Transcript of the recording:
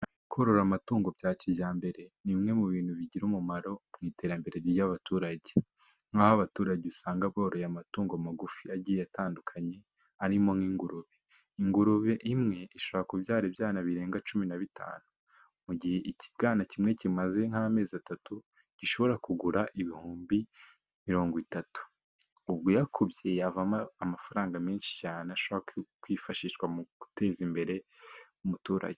Korora amatungo bya kijyambere, ni bimwe mu bintu bigira umumaro, mu iterambere ry'abaturage, nk'aho abaturage usanga boroye amatungo magufi agiye atandukanye, arimo nk'ingurube. Ingurube imwe ishobora kubyara ibyana birenga cumi na bitanu, mu gihe ikibwana kimwe kimaze nk'amezi atatu, gishobora kugura ibihumbi mirongowi itatu, ubwo uyakubye yavamo amafaranga menshi cyane, ashobora kwifashishwa mu guteza imbere umuturage.